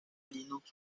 linux